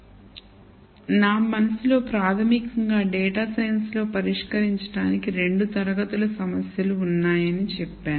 కాబట్టి నా మనస్సులో ప్రాథమికంగా డేటా సైన్స్ లో పరిష్కరించడానికి 2 తరగతుల సమస్యలు ఉన్నాయని చెప్తాను